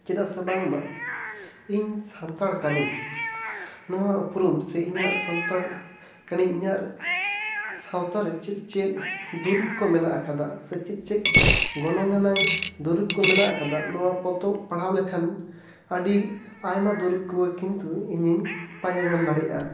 ᱪᱮᱫᱟᱜ ᱥᱮ ᱵᱟᱝ ᱢᱟ ᱤᱧ ᱥᱟᱱᱛᱟᱲ ᱠᱟᱱᱟᱹᱧ ᱱᱚᱣᱟ ᱩᱯᱨᱩᱢ ᱥᱮ ᱤᱧᱟᱜ ᱥᱟᱱᱛᱟᱲ ᱠᱟᱱᱟᱹᱧ ᱤᱧᱟᱹᱜ ᱥᱟᱶᱛᱟ ᱨᱮ ᱪᱮᱫ ᱫᱩᱨᱤᱵᱽ ᱠᱚ ᱢᱮᱱᱟᱜ ᱟᱠᱟᱫᱟ ᱥᱮ ᱪᱮᱫ ᱪᱮᱫ ᱜᱚᱱᱚᱝ ᱟᱱᱟᱝ ᱫᱩᱨᱤᱵᱽ ᱠᱚ ᱢᱮᱱᱟᱜ ᱟᱠᱟᱫᱟ ᱱᱚᱣᱟ ᱯᱚᱛᱚᱵ ᱯᱟᱲᱦᱟᱣ ᱞᱮᱠᱷᱟᱱ ᱟᱹᱰᱤ ᱟᱭᱢᱟ ᱫᱩᱨᱤᱵᱽ ᱠᱚᱜᱮ ᱠᱤᱱᱛᱩ ᱤᱧᱤᱧ ᱯᱟᱡᱟ ᱧᱟᱢ ᱫᱟᱲᱮᱜᱼᱟ